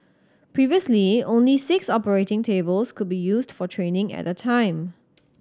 previously only six operating tables could be used for training at a time